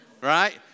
right